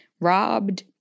robbed